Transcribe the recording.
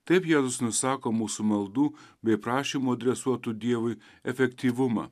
taip jėzus nusako mūsų maldų bei prašymų adresuotų dievui efektyvumą